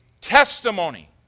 testimony